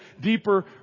deeper